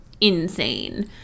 insane